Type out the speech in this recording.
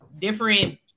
different